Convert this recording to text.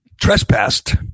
trespassed